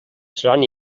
seran